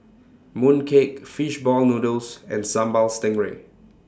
Mooncake Fish Ball Noodles and Sambal Stingray